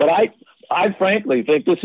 but i i frankly think this